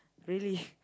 really